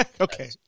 Okay